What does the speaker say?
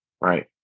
Right